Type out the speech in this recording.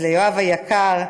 אז ליואב היקר,